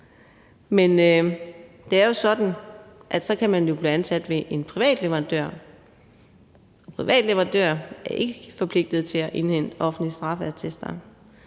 Men det er jo sådan, at man så kan blive ansat ved en privat leverandør, og private leverandører er ikke forpligtede til at indhente offentlige straffeattester.